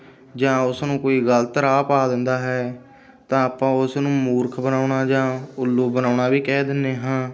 ਜਾਂ ਉਸ ਨੂੰ ਕੋਈ ਗਲਤ ਰਾਹ ਪਾ ਦਿੰਦਾ ਹੈ ਤਾਂ ਆਪਾਂ ਉਸ ਨੂੰ ਮੂਰਖ ਬਣਾਉਣਾ ਜਾਂ ਉੱਲੂ ਬਣਾਉਣਾ ਵੀ ਕਹਿ ਦਿੰਦੇ ਹਾਂ